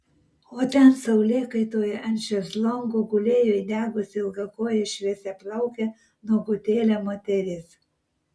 o ten saulėkaitoje ant šezlongo gulėjo įdegusi ilgakojė šviesiaplaukė nuogutėlė moteris